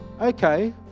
okay